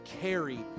carry